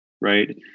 right